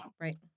Right